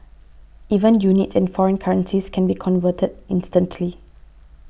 even units and foreign currencies can be converted instantly